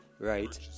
right